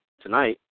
tonight